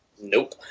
Nope